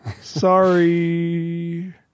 Sorry